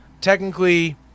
Technically